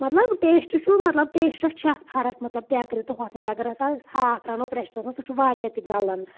مطلب ٹیسٹہٕ چھُ مطلب ٹیسٹہٕ چھُ اَتھ فرق مطلب ترؠکرِ تہٕ ہۄتھ منز اگر ہسا اسہِ ہاکھ رَنو پرؠشرس منٛز سُہ چھُ واریاہ تہِ گَلان